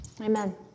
amen